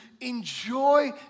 enjoy